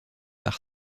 par